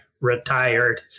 retired